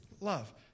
love